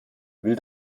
will